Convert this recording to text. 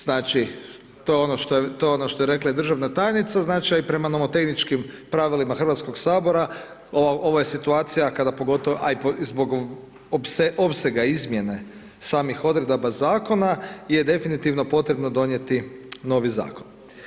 Znači, to je ono što je rekla i državna tajnica, značaj prema novo tehničkim pravilima HS-a ovo je situacija kada pogotovo, a i zbog opsega izmjene samih odredaba Zakona je definitivno potrebno donijeti novi Zakon.